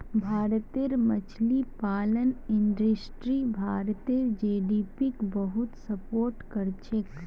भारतेर मछली पालन इंडस्ट्री भारतेर जीडीपीक बहुत सपोर्ट करछेक